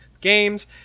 games